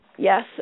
Yes